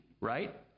right